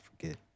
forget